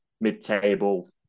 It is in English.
mid-table